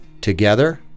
together